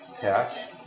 patch